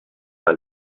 par